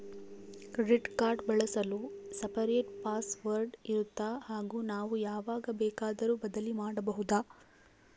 Credit card ಬಳಸಲು separate password ಇರುತ್ತಾ ಹಾಗೂ ನಾವು ಯಾವಾಗ ಬೇಕಾದರೂ ಬದಲಿ ಮಾಡಬಹುದಾ?